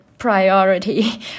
priority